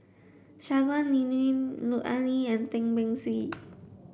Shangguan Liuyun Lut Ali and Tan Beng Swee